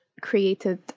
created